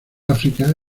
áfrica